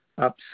up